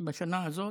בשנה הזאת.